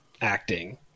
acting